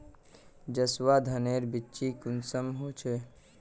जसवा धानेर बिच्ची कुंसम होचए?